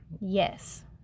Yes